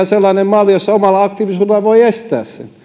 sellainen malli jossa omalla aktiivisuudellaan voi estää sen